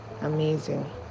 amazing